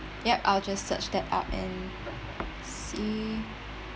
ya I will just search that up and see